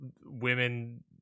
women